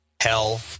Hell